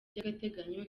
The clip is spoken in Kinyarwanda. by’agateganyo